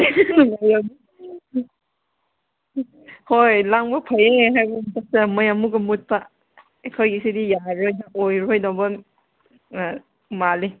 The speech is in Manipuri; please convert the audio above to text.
ꯍꯣꯏ ꯂꯥꯡꯕ ꯐꯩꯌꯦ ꯍꯥꯏꯕ ꯃꯊꯛꯇ ꯃꯩ ꯑꯃꯨꯛꯀ ꯃꯨꯠꯄ ꯑꯩꯈꯣꯏꯒꯤꯁꯤꯗꯤ ꯌꯥꯔꯔꯣꯏꯗ ꯑꯣꯏꯔꯔꯣꯏꯗꯕ ꯑꯥ ꯃꯥꯜꯂꯤ